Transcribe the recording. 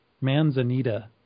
Manzanita